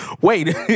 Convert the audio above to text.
Wait